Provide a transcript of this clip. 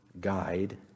guide